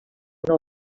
una